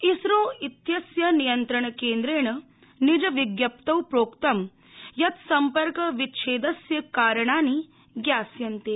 इसरो इत्यस्य नियन्त्रणकेन्द्रेण निज विज्ञप्तौ प्रोक्तं यत् सम्पर्क विच्छेदस्य कारणानि ज्ञास्यन्ते